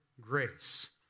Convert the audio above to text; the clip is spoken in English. grace